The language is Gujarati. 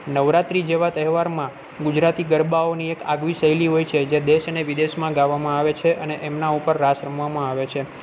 નવરાત્રી જેવા તહેવારમાં ગુજરાતી ગરબાઓની એક આગવી શૈલી હોય છે જે દેશ અને વિદેશમાં ગાવામાં આવે છે અને એમના ઉપર રાસ રમવામાં આવે છે